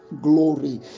glory